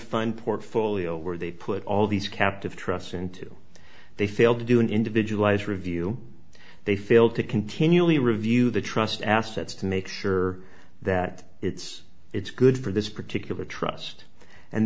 fund portfolio where they put all these captive trusts into they failed to do an individualized review they failed to continually review the trust assets to make sure that it's it's good for this particular trust and